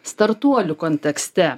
startuolių kontekste